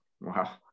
wow